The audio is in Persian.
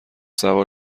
سوار